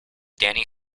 danny